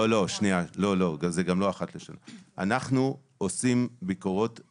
אנחנו עושים ביקורות